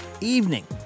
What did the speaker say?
evening